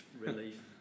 relief